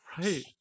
Right